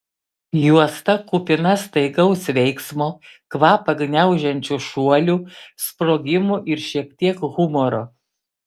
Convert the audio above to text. juosta kupina staigaus veiksmo kvapą gniaužiančių šuolių sprogimų ir šiek tiek humoro